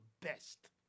best